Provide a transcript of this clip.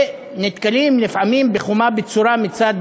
ונתקלים לפעמים בחומה בצורה מצד